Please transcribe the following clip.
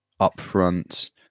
upfront